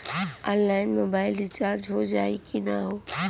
Online mobile recharge हो जाई की ना हो?